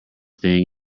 thing